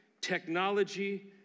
technology